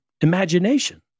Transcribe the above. imagination